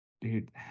dude